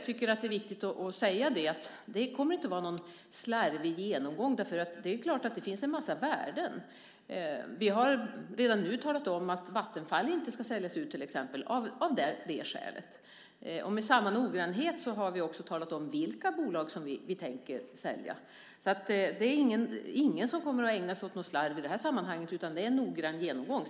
Det är viktigt att säga att det inte kommer att vara någon slarvig genomgång. Det är klart att det finns en massa värden. Vi har redan talat om att till exempel Vattenfall inte ska säljas ut, av just det skälet. Med samma noggrannhet har vi också talat om vilka bolag som vi tänker sälja. Det är ingen som kommer att ägna sig åt något slarv i detta sammanhang, utan det blir en noggrann genomgång.